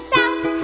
South